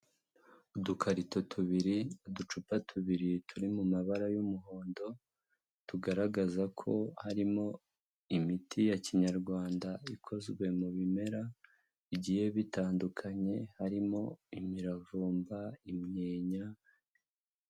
Udukarito tubiri, uducupa tubiri turi mu mabara y'umuhondo tugaragaza ko harimo imiti ya kinyarwanda, ikozwe mu bimera igiye bitandukanye, harimo imiravumba, imyenya...